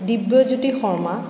Dibyajyoti Sharma